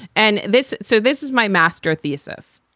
and this so this is my master thesis.